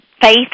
faith